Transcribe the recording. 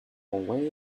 way